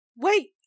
Wait